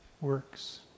works